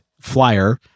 flyer